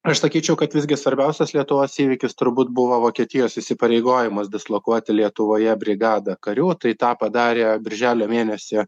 aš sakyčiau kad visgi svarbiausias lietuvos įvykis turbūt buvo vokietijos įsipareigojimas dislokuoti lietuvoje brigadą karių tai tą padarė birželio mėnesį